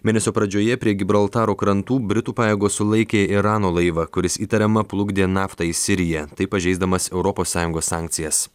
mėnesio pradžioje prie gibraltaro krantų britų pajėgos sulaikė irano laivą kuris įtariama plukdė naftą į siriją taip pažeisdamas europos sąjungos sankcijas